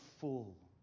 full